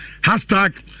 Hashtag